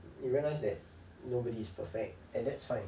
you realise that nobody is perfect and that's fine